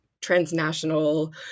transnational